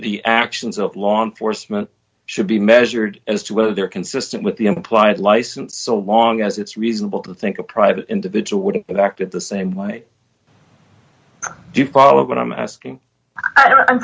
the actions of law enforcement should be measured as to whether they're consistent with the implied license so long as it's reasonable to think a private individual would have it acted the same way default what i'm asking